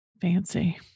Fancy